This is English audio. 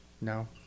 No